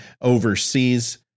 overseas